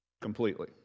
Completely